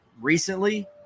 Recently